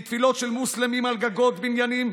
מתפילות של מוסלמים על גגות בניינים,